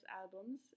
albums